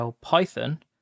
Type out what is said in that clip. Python